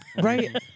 right